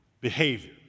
behavior